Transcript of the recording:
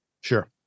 Sure